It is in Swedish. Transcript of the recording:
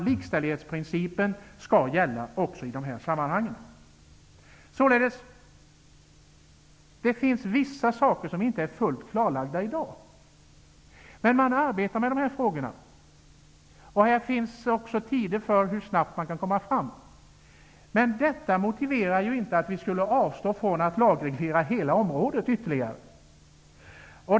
Likställighetsprincipen skall nämligen även i dessa sammanhang gälla. Det finns således vissa saker som i dag inte är fullt klarlagda. Det arbetas emellertid med dessa frågor, och det finns tidsuppgifter om hur snabbt arbetet kan utföras. Detta motiverar emellertid inte att vi skulle avstå från att ytterligare lagreglera hela området.